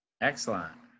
excellent